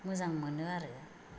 मोजां मोनो आरो